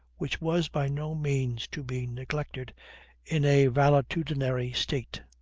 which was by no means to be neglected in a valetudinary state.